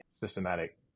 systematic